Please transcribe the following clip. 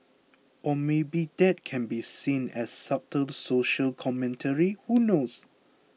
or maybe that can be seen as subtle social commentary who knows